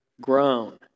grown